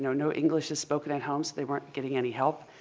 no no english is spoken at home so they weren't getting any help.